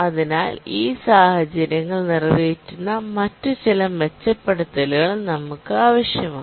അതിനാൽ ഈ സാഹചര്യങ്ങൾ നിറവേറ്റുന്ന മറ്റ് ചില മെച്ചപ്പെടുത്തലുകൾ നമുക്ക് ആവശ്യമാണ്